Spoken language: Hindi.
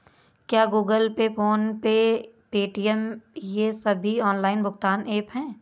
क्या Google Pay PhonePe Paytm ये सभी ऑनलाइन भुगतान ऐप हैं?